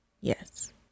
yes